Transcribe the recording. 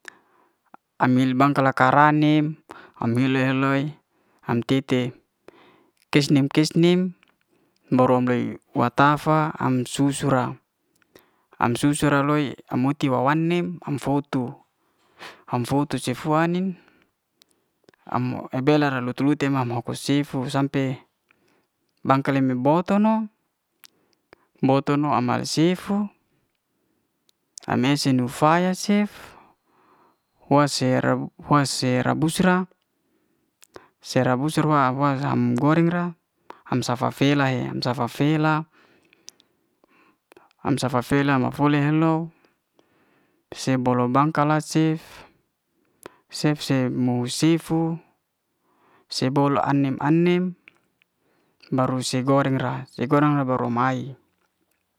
Amil bangka la ka'rananim, am hil el'loi am tete kis'nem- kis'nem baru am ley watafa am susu ra, am susu ra loi am uti wa wan ne am fo tu am fo tu cef tu ai'nim am el belar luti luti am hapus sifu sampe bangka me le bouto no. bouto no ame sifu am ese nu faya cef huwa se re huwa serabus ra, sera bus'ra wa- wa am goreng ra am safa fela he, am safa fela am safa fela ma fuli hel'lou se bolo bangka la cef- cef cef mo sifu se bol'lo ai'nim- ai'nim baru se goreng ra baru mai.